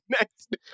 next